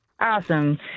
Awesome